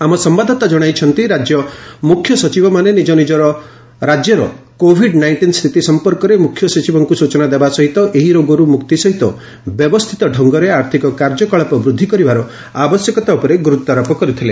ଆମ ସମ୍ଭାଦଦାତା ଜଣାଇଛନ୍ତି ରାଜ୍ୟ ମୁଖ୍ୟ ସଚିବମାନେ ନିଜ ନିକ ରାଜ୍ୟର କୋଭିଡ୍ ନାଇଣ୍ଟିନ୍ ସ୍ଥିତି ସମ୍ପର୍କରେ ମୁଖ୍ୟ ସଚିବଙ୍କୁ ସ୍ବଚନା ଦେବା ସହିତ ଏହି ରୋଗରୁ ମୁକ୍ତି ସହିତ ବ୍ୟବସ୍ଥିତ ଢଙ୍ଗରେ ଆର୍ଥିକ କାର୍ଯ୍ୟକଳାପ ବୃଦ୍ଧି କରିବାର ଆବଶ୍ୟକତା ଉପରେ ଗୁରୁତ୍ୱାରୋପ କରିଥିଲେ